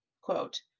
Quote